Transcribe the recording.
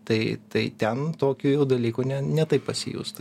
tai tai ten tokių jau dalykų ne ne taip pasijustų